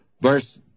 verse